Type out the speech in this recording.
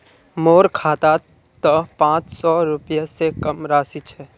मोर खातात त पांच सौ रुपए स कम राशि छ